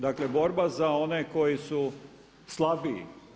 Dakle, borba za one koji su slabiji.